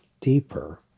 deeper